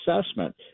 assessment